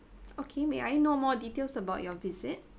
okay may I know more details about your visit